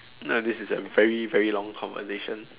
no this is a very very long conversation